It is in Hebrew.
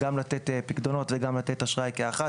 גם לתת פיקדונות וגם לתת אשראי כאחת,